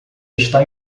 está